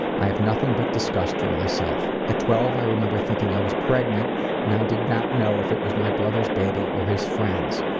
i have nothing but disgust for myself. at twelve i remember thinking i was pregnant and i did not know if it was my brother's baby or his friend's.